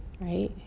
right